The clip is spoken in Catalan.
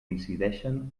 incideixen